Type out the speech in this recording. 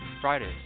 Fridays